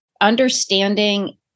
understanding